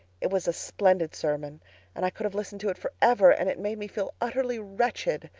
it was a splendid sermon and i could have listened to it forever, and it made me feel utterly wretched.